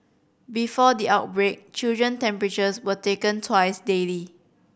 before the outbreak children temperatures were taken twice daily